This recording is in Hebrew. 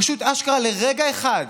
פשוט אשכרה לרגע אחד,